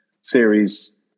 series